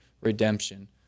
redemption